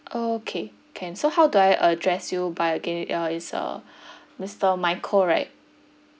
okay can so how do I address you by again uh it's uh mister michael right